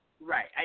Right